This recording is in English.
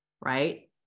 right